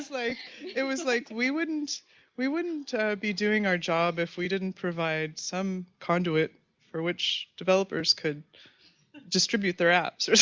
like it was like, we wouldn't we wouldn't be doing our job if we didn't provide some conduit for which developers could distribute their apps. or something